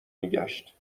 میگشت